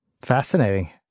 Fascinating